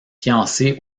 fiancée